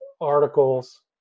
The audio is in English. articles